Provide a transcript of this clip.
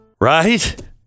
right